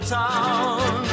town